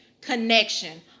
connection